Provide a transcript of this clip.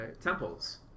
temples